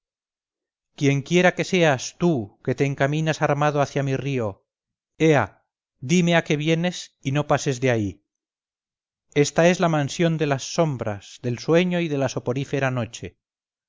palabras quienquiera que seas tú que te encaminas armado hacia mi río ea dime a qué vienes y no pases de ahí esta es la mansión de las sombras del sueño y de la soporífera noche